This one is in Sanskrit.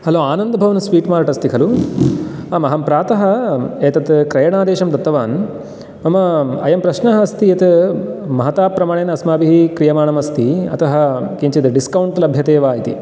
हलो आनन्दभवन स्विट् मार्ट् अस्ति खलु अहं प्रातः एतत् क्रयणादेशं दत्तवान् मम अयं प्रश्नः अस्ति यत् महता प्रमाणेन अस्माभिः क्रियमाणम् अस्ति अतः किञ्चित् डिस्कौण्ट् लभ्यते वा इति